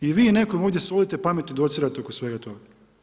I vi nekom ovdje solite pamet i docirate oko svega toga.